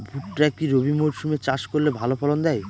ভুট্টা কি রবি মরসুম এ চাষ করলে ভালো ফলন দেয়?